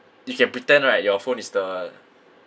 you can pretend right your phone is the